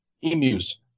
Emus